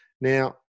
Now